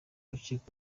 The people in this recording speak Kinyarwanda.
urukiko